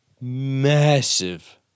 massive